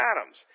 Adams